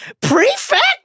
Prefect